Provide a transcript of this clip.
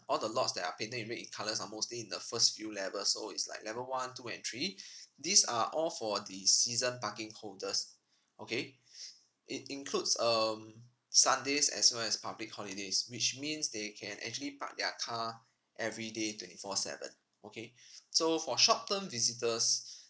all the lots that are painted in red in colours are mostly in the first few levels so it's like level one two and three these are all for the season parking holders okay it includes um sundays as well as public holidays which means they can actually park their car every day twenty four seven okay so for short term visitors